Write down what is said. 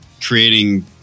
creating